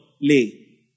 lay